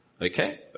Okay